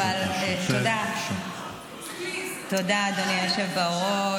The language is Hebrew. תודה, אדוני היושב-ראש.